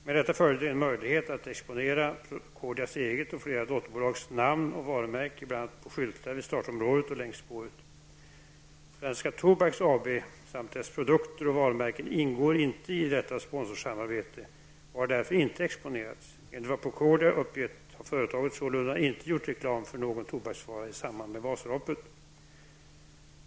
Med detta följde en möjlighet att exponera Procordias eget och flera dotterbolags namn och varumärke bl.a. på skyltar vid startområdet och längs spåret. Svenska Tobaks AB samt dess produkter och varumärken ingår inte i detta sponsorsamarbete och har därför inte exponerats. Enligt vad Procordia uppgett har företaget sålunda inte gjort reklam för någon tobaksvara i samband med Vasaloppet.